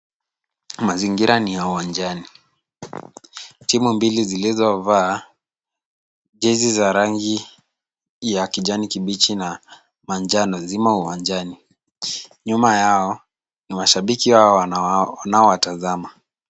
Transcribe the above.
Mazingira ni ya uwanjani. Timu mbili zilizovaa jezi za rangi ya kijani kibichi na manjano zimo uwanjani. Nyuma yao ni mashabiki wao wanaowatazama.